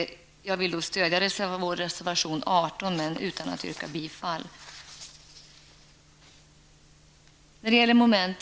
Jag vill stödja reservation 18 utan att yrka bifall till den.